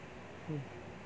hmm